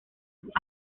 sus